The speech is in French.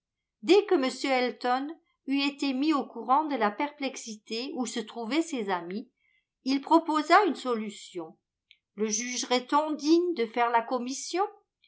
dès que m elton eut été mis au courant de la perplexité où se trouvaient ses amis il proposa une solution le jugerait on digne de faire la commission